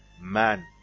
Man